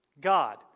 God